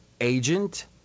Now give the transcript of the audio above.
agent